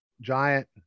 giant